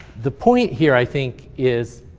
the point here, i think, is,